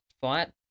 fight